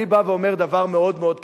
אני בא ואומר דבר מאוד-מאוד פשוט: